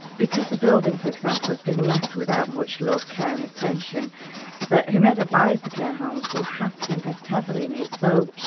because the building, for example, has been left without much love, care and attention that whomever buys the care homes will have to invest heavily in it. so,